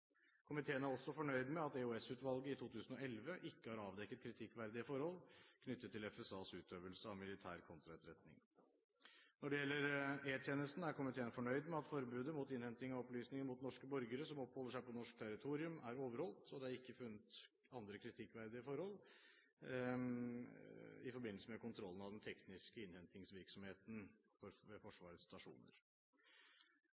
Komiteen er også fornøyd med at EOS-utvalget i 2011 ikke har avdekket kritikkverdige forhold knyttet til FSAs utøvelse av militær kontraetterretning. Når det gjelder E-tjenesten, er komiteen fornøyd med at forbudet mot innhenting av opplysninger mot norske borgere som oppholder seg på norsk territorium, er overholdt, og det er ikke funnet andre kritikkverdige forhold i forbindelse med kontrollen av den tekniske innhentingsvirksomheten ved Forsvarets stasjoner. Komiteen har for